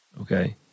okay